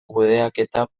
kudeaketa